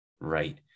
Right